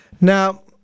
Now